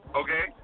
okay